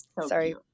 sorry